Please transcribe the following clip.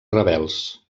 rebels